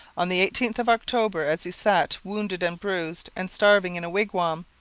on the of october, as he sat wounded and bruised and starving in a wigwam,